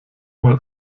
mal